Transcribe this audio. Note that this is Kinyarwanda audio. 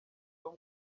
tom